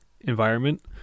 environment